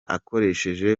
akoresheje